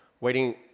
Waiting